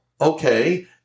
okay